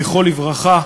זכרו לברכה,